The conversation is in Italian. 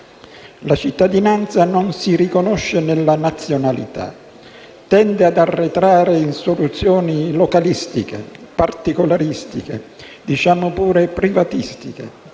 La cittadinanza non si riconosce nella nazionalità, tende ad arretrare in soluzioni localistiche, particolaristiche, diciamo pure privatistiche.